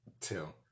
Two